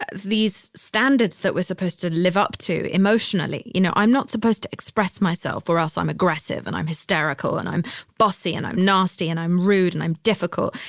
these standards that we're supposed to live up to emotionally. you know, i'm not supposed to express myself or else i'm aggressive and i'm hysterical and i'm bossy and i'm nasty and i'm rude and i'm difficult.